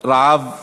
רעב ממשית.